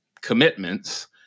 commitments